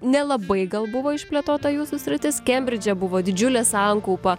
nelabai gal buvo išplėtota jūsų sritis kembridže buvo didžiulė sankaupa